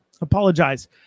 apologize